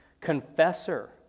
confessor